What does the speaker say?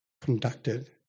Conducted